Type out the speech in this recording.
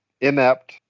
inept